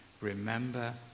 remember